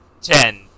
ten